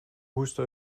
hosta